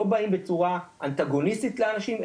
לא באים בצורה אנטגוניסטית לאנשים,